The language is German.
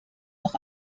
noch